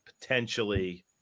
potentially